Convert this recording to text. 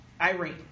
Irene